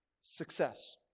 success